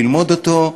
ללמוד אותו,